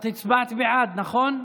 את הצבעת בעד, נכון?